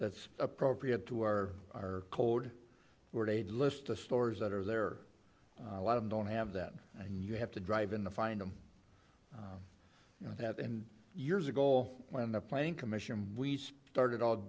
that's appropriate to our code were they list the stores that are there a lot of don't have that and you have to drive in the find them you know that and years ago when the plane commission we started all